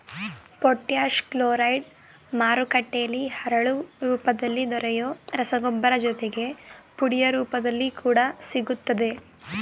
potash chloride ಮಾರುಕಟ್ಟೆಲಿ ಹರಳು ರೂಪದಲ್ಲಿ ದೊರೆಯೊ ರಸಗೊಬ್ಬರ ಜೊತೆಗೆ ಪುಡಿಯ ರೂಪದಲ್ಲಿ ಕೂಡ ಸಿಗ್ತದೆ